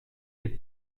les